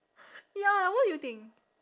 ya what you think